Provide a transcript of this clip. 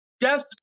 yes